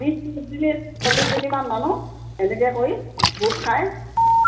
বিশ চল্লিছ জনীমান মানুহ এনেকৈ কৰি গোট খাই